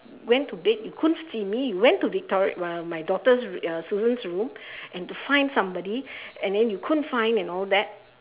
went to bed you couldn't see me you went to the toilet well my daughter's ya children's room and then to find somebody and then you couldn't find and all that